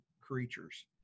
creatures